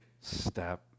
Step